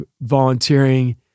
volunteering